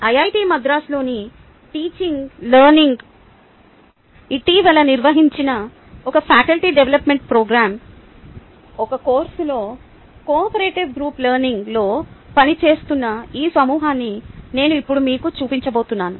IIT మద్రాసులోని teaching learning centre ఇటీవల నిర్వహించిన ఒక ఫ్యాకల్టీ డెవలప్మెంట్ ప్రోగ్రామ్ ఒక కోర్సులో కోఆపరేటివ్ గ్రూప్ లెర్నింగ్లో పనిచేస్తున్న ఈ సమూహాన్ని నేను ఇప్పుడు మీకు చూపించబోతున్నాను